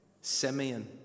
Simeon